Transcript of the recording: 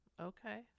Okay